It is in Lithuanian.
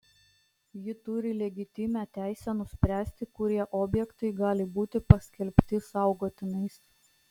ji turi legitimią teisę nuspręsti kurie objektai gali būti paskelbti saugotinais